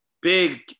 big